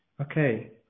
Okay